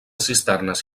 cisternes